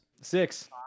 Six